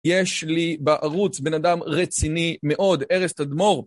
יש לי בערוץ בן אדם רציני מאוד, ארז טדמור.